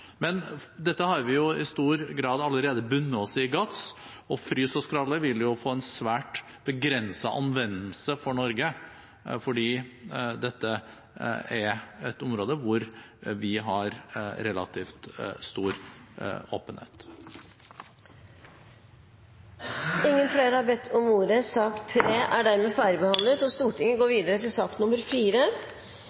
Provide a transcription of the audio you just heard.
Men dette har vi i stor grad allerede bundet oss til i GATS, og frys og skralle vil få en svært begrenset anvendelse for Norge fordi dette er et område hvor vi har relativt stor åpenhet. Flere har ikke bedt om ordet til sak